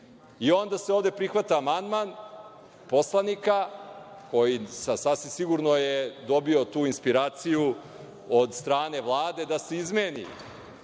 se ovde prihvata amandman poslanika koji je sasvim sigurno dobio tu inspiraciju od strane Vlade da se izmeni